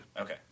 okay